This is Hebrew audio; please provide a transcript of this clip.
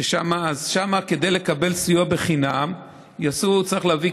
ששם כדי לקבל סיוע בחינם צריך להביא